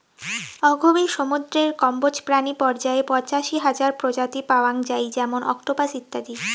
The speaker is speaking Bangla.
অগভীর সমুদ্রের কম্বোজ প্রাণী পর্যায়ে পঁচাশি হাজার প্রজাতি পাওয়াং যাই যেমন অক্টোপাস ইত্যাদি